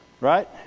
Right